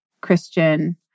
Christian